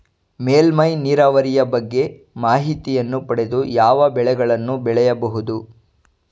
ಮೇಲ್ಮೈ ನೀರಾವರಿಯ ಬಗ್ಗೆ ಮಾಹಿತಿಯನ್ನು ಪಡೆದು ಯಾವ ಬೆಳೆಗಳನ್ನು ಬೆಳೆಯಬಹುದು?